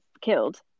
killed